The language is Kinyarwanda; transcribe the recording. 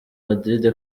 madrid